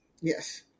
Yes